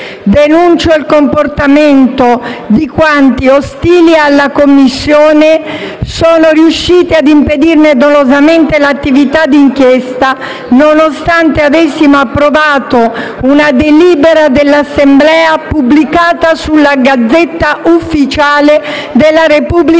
Denuncio il comportamento di quanti, ostili alla Commissione, sono riusciti ad impedirne dolosamente l'attività di inchiesta, nonostante avessimo approvato una delibera dell'Assemblea pubblicata sulla Gazzetta ufficiale della Repubblica